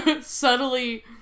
subtly